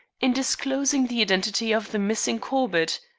in disclosing the identity of the missing corbett.